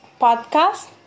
podcast